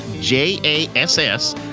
J-A-S-S